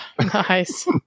nice